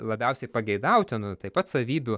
labiausiai pageidautinų taip pat savybių